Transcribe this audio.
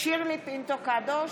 שירלי פינטו קדוש,